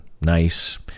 nice